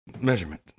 measurement